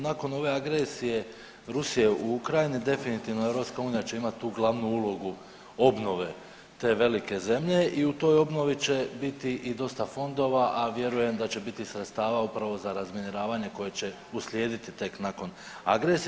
Nakon ove agresije Rusije u Ukrajini definitivno EU će imati tu glavnu ulogu obnove te velike zemlje i u toj obnovi će biti i dosta fondova, a vjerujem da će biti sredstava upravo za razminiravanje koje će uslijediti tek nakon agresije.